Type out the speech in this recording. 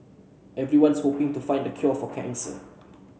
everyone's hoping to find the cure for cancer